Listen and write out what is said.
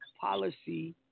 policy